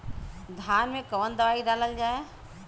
धान मे कवन दवाई डालल जाए?